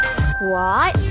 squat